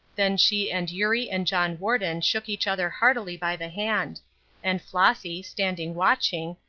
then she and eurie and john warden shook each other heartily by the hand and flossy, standing watching,